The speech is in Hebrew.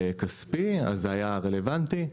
כספי זה היה רלוונטי.